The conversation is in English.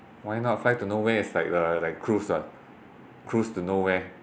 why not fly to nowhere is like the like cruise [what] cruise to nowhere